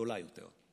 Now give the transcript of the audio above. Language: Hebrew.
גדולה הרבה יותר.